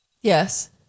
Yes